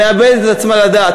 מאבדת את עצמה לדעת.